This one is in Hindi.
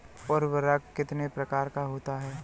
उर्वरक कितने प्रकार का होता है?